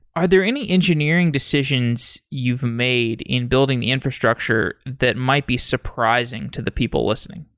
are there any engineering decisions you've made in building the infrastructure that might be surprising to the people listening?